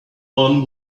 one